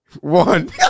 one